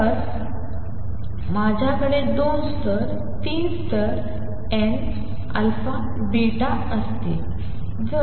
जर माझ्याकडे दोन स्तर तीन स्तर n α β असतील